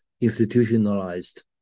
institutionalized